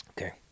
Okay